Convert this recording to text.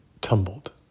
tumbled